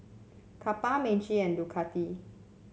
Kappa Meiji and Ducati